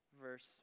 verse